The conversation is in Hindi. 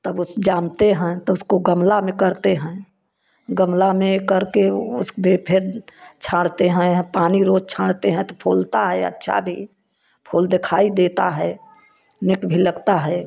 तब उस जानते हैं तब उसको गमला में करते हैं गमला में करके उसबे फिर छारते हैं पानी रोज छारते हैं तो फूलता है अच्छा भी फूल देखाई देता है नीक भी लगता है